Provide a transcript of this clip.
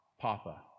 Papa